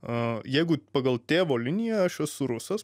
a jeigu pagal tėvo liniją aš esu rusas